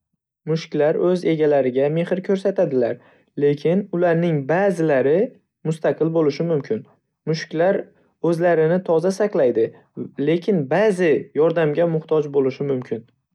Mushuklar o'z egalariga mehr ko'rsatadilar, lekin ularning ba'zilari mustaqil bo'lishi mumkin. Mushuklar o'zlarini toza saqlaydi, lekin ba'zi yordamga muhtoj bo'lishi mumkin.